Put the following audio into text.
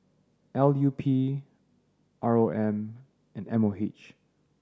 L U P R O M and M O H